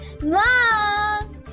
Mom